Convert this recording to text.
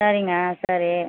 சரிங்க சரி